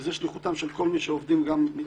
וזו שליחותם של כל מי שעובדים מתחתיי.